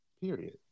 Period